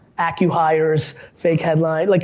accu-hires, fake headlines, like